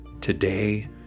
Today